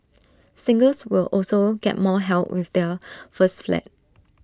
singles will also get more help with their first flat